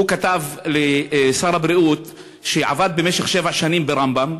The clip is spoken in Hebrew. הוא כתב לשר הבריאות שהוא עבד במשך שבע שנים ברמב"ם,